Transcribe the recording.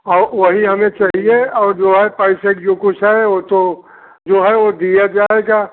और वही हमें चाहिए और जो है पैसे की जो कुछ है वह तो जो है वह दिया जाएगा